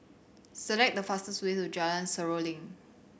select the fastest way to Jalan Seruling